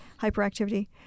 Hyperactivity